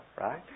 right